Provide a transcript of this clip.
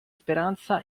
speranza